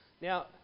now